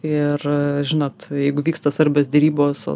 ir žinot jeigu vyksta svarbios derybos o